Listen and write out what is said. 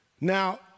Now